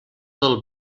del